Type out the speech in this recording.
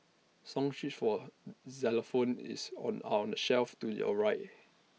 song sheets for xylophones is are on the shelf to your right